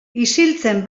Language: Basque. isiltzen